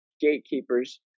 gatekeepers